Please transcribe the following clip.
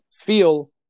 feel